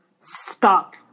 stop